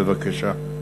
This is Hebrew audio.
בבקשה.